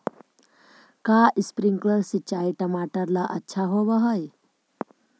का स्प्रिंकलर सिंचाई टमाटर ला अच्छा होव हई?